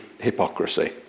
hypocrisy